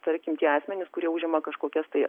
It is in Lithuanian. tarkim tie asmenys kurie užima kažkokias tai